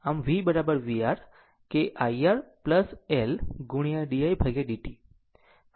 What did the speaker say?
આમ v vR કે i R L ગુણ્યા di dt